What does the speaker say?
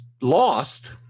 lost